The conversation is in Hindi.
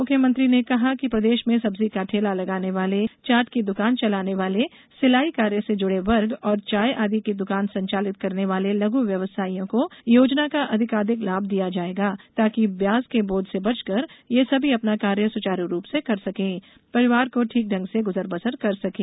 मुख्यमंत्री ने कहा कि प्रदेश में सब्जी का ठेला लगाने वाले चाट की दुकान चलाने वाले सिलाई कार्य से जुड़े वर्ग और चाय आदि की दुकान संचालित करने वाले लघु व्यवसायियों को योजना का अधिकाधिक लाभ दिया जाएगा ताकि ब्याज के बोझ से बचकर ये सभी अपना कार्य सुचारू रूप से कर सकें परिवार की ठीक ढंग से गुजर बसर कर सकें